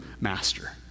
master